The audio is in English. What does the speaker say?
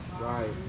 right